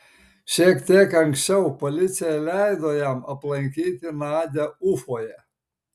šiek tiek anksčiau policija leido jam aplankyti nadią ufoje